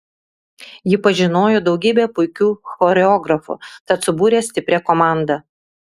ji pažinojo daugybę puikių choreografų tad subūrė stiprią komandą